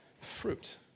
Fruit